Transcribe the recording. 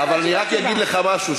אבל אני רק אגיד לך משהו,